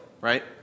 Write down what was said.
Right